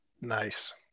Nice